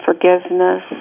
forgiveness